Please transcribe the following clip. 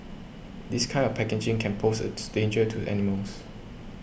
this kind of packaging can pose a danger to animals